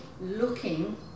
looking